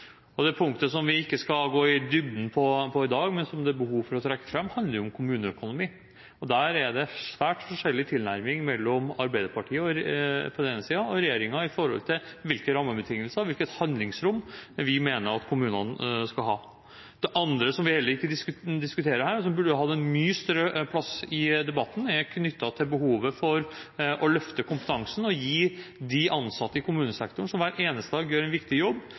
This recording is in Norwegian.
Det punktet som vi ikke skal gå i dybden på i dag, men som det er behov for å trekke fram, handler om kommuneøkonomi. Der er det svært forskjellig tilnærming mellom Arbeiderpartiet på den ene siden og regjeringen på den andre siden når det gjelder hvilke rammebetingelser, hvilket handlingsrom vi mener at kommunene skal ha. Det andre som vi heller ikke diskuterer her, men som burde hatt en mye større plass i debatten, er knyttet til behovet for å løfte kompetansen og gi de ansatte i kommunesektoren som hver eneste dag gjør en viktig jobb,